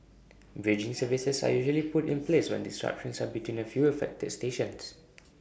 bridging services are usually put in place when disruptions are between A few affected stations